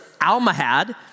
Almahad